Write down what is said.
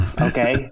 okay